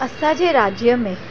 असांजे राज्य में